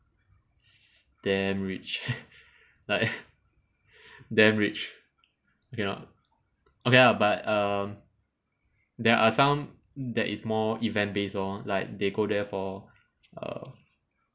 damn rich like damn rich ya okay ah but um there are some that is more event based lor like they go there for err